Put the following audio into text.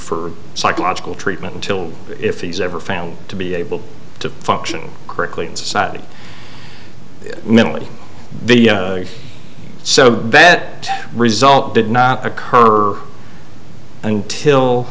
for psychological treatment until if he's ever found to be able to function correctly in society mentally so that result did not occur until